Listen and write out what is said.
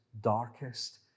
darkest